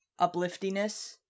upliftiness